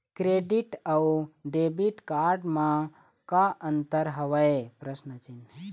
Credit अऊ debit card म का अंतर हावे?